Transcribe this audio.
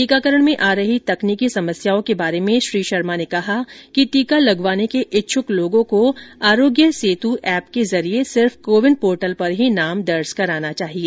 टीकाकरण में आ रही तकनीकी समस्याओं बारे में श्री शर्मा ने कहा कि टीका लगवाने के इच्छुक लोगों को आरोग्य सेतु एप के जरिए सिर्फ कोविन पोर्टल पर ही नाम दर्ज कराना चाहिए